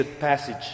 passage